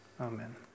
Amen